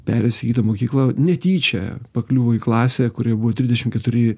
perėjęs į kitą mokyklą netyčia pakliuvo į klasę kurioje buvo trisdešimt keturi